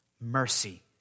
mercy